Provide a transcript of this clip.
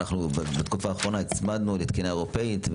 בתקופה האחרונה הצמדנו את התקינה האירופאית,